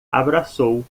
abraçou